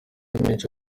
menshi